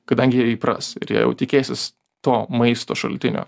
kadangi jie įpras ir jie jau tikėsis to maisto šaltinio